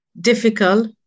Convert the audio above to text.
difficult